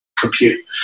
compute